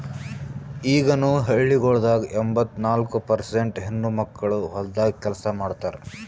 ಈಗನು ಹಳ್ಳಿಗೊಳ್ದಾಗ್ ಎಂಬತ್ತ ನಾಲ್ಕು ಪರ್ಸೇಂಟ್ ಹೆಣ್ಣುಮಕ್ಕಳು ಹೊಲ್ದಾಗ್ ಕೆಲಸ ಮಾಡ್ತಾರ್